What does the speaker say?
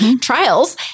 trials